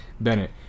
Bennett